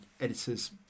editor's